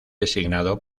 designado